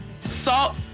Salt